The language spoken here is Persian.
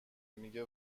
میگه